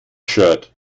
shirt